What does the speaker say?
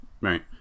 Right